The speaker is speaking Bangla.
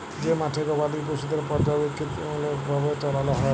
যে মাঠে গবাদি পশুদের পর্যাবৃত্তিমূলক ভাবে চরাল হ্যয়